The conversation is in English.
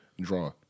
draw